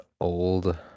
old